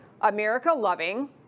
America-loving